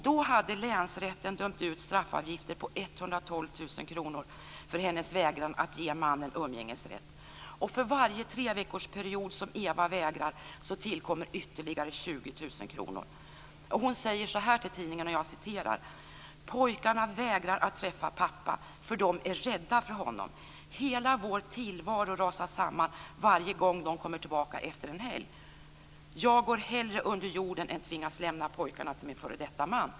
Då hade länsrätten dömt ut straffavgifter på 112 000 kr för hennes vägran att ge mannen umgängesrätt. För varje treveckorsperiod som Eva vägrar tillkommer ytterligare 20 000 kr. Hon säger så här till tidningen: Pojkarna vägrar att träffa sin pappa för att de är rädda för honom - hela vår tillvaro rasar ihop varje gång de kommer tillbaka efter en helg. Jag går hellre under jorden än tvingas lämna pojkarna till min före detta man.